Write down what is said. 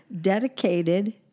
dedicated